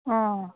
অঁ